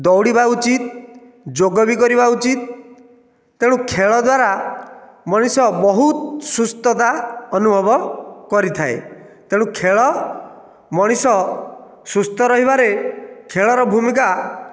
ଦୌଡ଼ିବା ଉଚିତ ଯୋଗ ବି କରିବା ଉଚିତ ତେଣୁ ଖେଳ ଦ୍ୱାରା ମଣିଷ ବହୁତ ସୁସ୍ଥତା ଅନୁଭଵ କରିଥାଏ ତେଣୁ ଖେଳ ମଣିଷ ସୁସ୍ଥ ରହିବାରେ ଖେଳର ଭୂମିକା